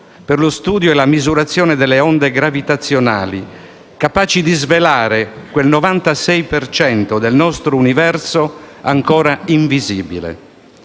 per lo studio e la misurazione delle onde gravitazionali, capaci di svelare quel 96 per cento del nostro universo ancora invisibile.